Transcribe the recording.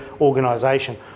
organisation